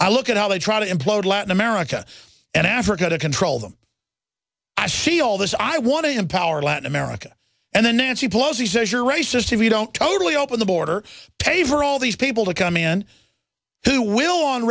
i look at how they try to implode latin america and africa to control them i feel this i want to empower latin america and then nancy pelosi says you're racist if you don't totally open the border pay for all these people to come in who will on